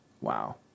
Wow